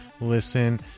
listen